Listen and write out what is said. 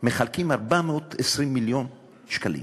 ומחלקים 420 מיליון שקלים?